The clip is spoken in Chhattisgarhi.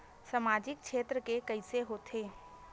सामजिक क्षेत्र के कइसे होथे?